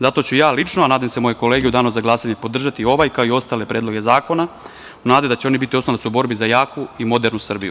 Zato ću ja lično, a nadam se i moje kolege, u danu za glasanje podržati ovaj, kao i ostale predloge zakona, u nadi da će oni biti oslonac u borbi za jaku i modernu Srbiju.